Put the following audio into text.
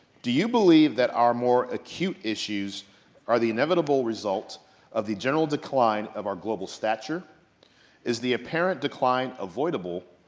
do you believe that our more acute issues are the inevitable result of the general decline of our global stature is the apparent decline avoidable,